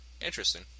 interesting